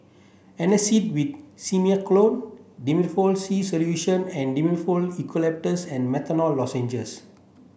Antacid with Simethicone Difflam C Solution and Difflam Eucalyptus and Menthol Lozenges